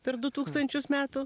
per du tūkstančius metų